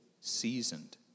seasoned